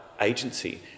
agency